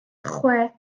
chwe